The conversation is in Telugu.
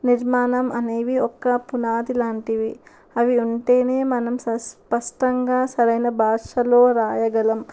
నిర్మాణం అనేవి ఒక పునాది లాంటివి అవి ఉంటేనే మనం స్పష్టంగా సరైన భాషలో రాయగలం